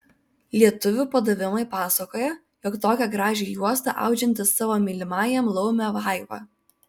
lietuvių padavimai pasakoja jog tokią gražią juostą audžianti savo mylimajam laumė vaiva